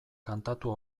kantatu